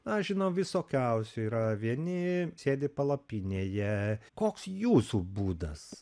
aš žinau visokiausių yra vieni sėdi palapinėje koks jūsų būdas